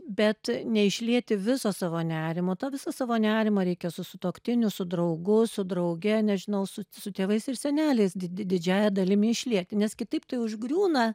bet neišlieti viso savo nerimo tą visą savo nerimą reikia su sutuoktiniu su draugu su drauge nežinau su su tėvais ir seneliais didi didžiąja dalimi išlieti nes kitaip tai užgriūna